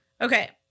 Okay